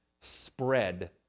spread